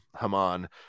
Haman